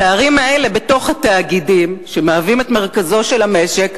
הפערים האלה בתוך התאגידים שמהווים את מרכזו של המשק,